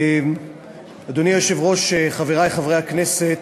אדוני היושב-ראש, חברי חברי הכנסת,